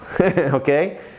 Okay